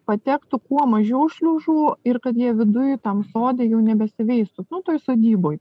patektų kuo mažiau šliužų ir kad jie viduj tam sode jų nebesiveistų nu toj sodyboj